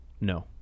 No